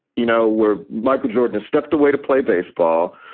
you know where michael jordan stepped away to play baseball?